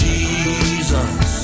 Jesus